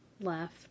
left